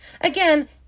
Again